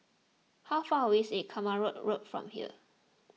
how far away is Kramat Road from here